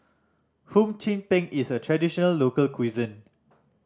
Hum Chim Peng is a traditional local cuisine